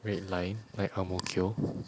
red line like ang mo kio